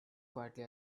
quietly